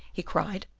he cried,